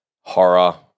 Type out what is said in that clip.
horror